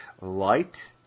light